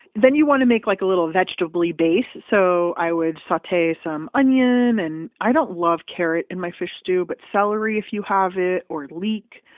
then you want to make like a little vegetabley base. so i would saute some onion. and i don't love carrot in my fish stew, but celery if you have it, or leak,